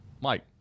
Mike